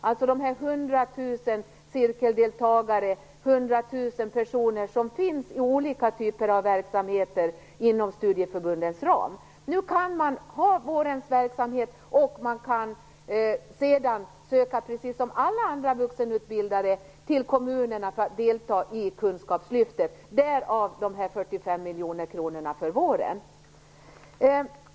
Det handlar om 100 000 cirkeldeltagare, 100 000 personer som finns i olika typer av verksamheter inom studieförbundens ram. Nu kan man ha vårens verksamhet, och sedan kan man, precis som alla andra vuxenutbildare, ansöka hos kommunerna för att delta i Kunskapslyftet. Därav kommer de 45 miljoner kronorna för våren.